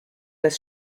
das